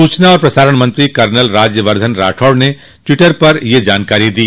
सूचना और प्रसारण मंत्री कर्नल राज्यवर्द्धन राठौड़ ने ट्वीटर पर यह जानकारी दी